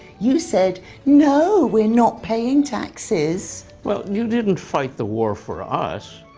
you said no, we're not paying taxes well, you didn't fight the war for us.